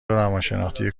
روانشناختی